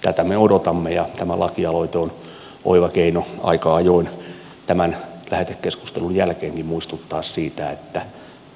tätä me odotamme ja tämä laki aloite on oiva keino aika ajoin tämän lähetekeskustelun jälkeenkin muistuttaa siitä että